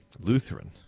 Lutheran